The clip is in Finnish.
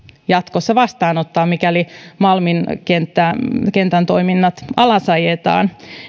jatkossa vastaanottaa mikäli malmin kentän toiminnat alas ajetaan